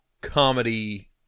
comedy